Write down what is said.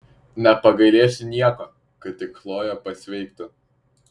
nepagailėsiu nieko kad tik chlojė pasveiktų